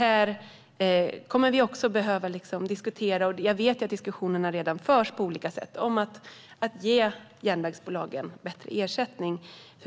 Jag vet att diskussionerna redan förs på olika sätt om att ge järnvägsbolagen bättre ersättning.